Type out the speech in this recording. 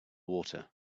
water